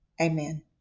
Amen